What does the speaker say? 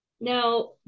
Now